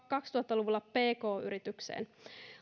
kaksituhatta luvulla pk yritykseen